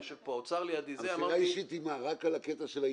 יושב פה האוצר לידי --- המסירה האישית היא רק על הקטע של העיקול?